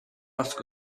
ask